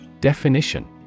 Definition